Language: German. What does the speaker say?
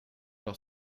doch